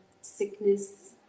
sickness